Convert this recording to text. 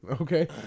Okay